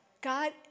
God